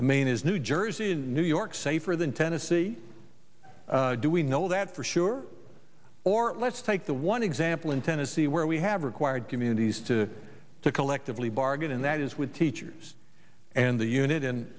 that maine is new jersey and new york safer than tennessee do we know that for sure or let's take the one example in tennessee where we have required communities to to collectively bargain and that is with teachers and the unit in